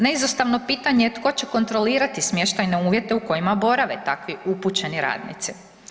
Neizostavno pitanje, tko će kontrolirati smještajne uvjete u kojima borave takvi upućeni radnici?